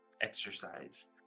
exercise